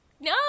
No